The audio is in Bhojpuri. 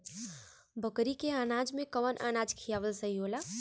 बकरी के अनाज में कवन अनाज खियावल सही होला?